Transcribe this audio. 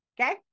Okay